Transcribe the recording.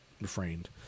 refrained